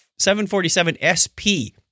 747SP